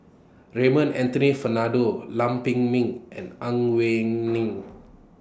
Raymond Anthony Fernando Lam Pin Min and Ang Wei Neng